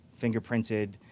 fingerprinted